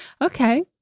okay